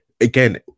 again